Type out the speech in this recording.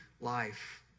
life